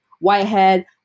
Whitehead